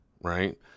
right